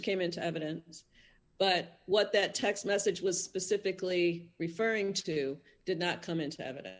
came into evidence but what that text message was specifically referring to did not come into evidence